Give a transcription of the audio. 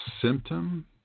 symptom